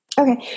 Okay